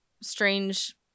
strange